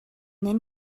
then